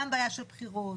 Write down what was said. גם בעיה של בחירות.